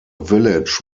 village